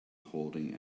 holding